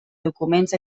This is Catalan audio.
documents